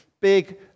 big